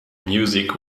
music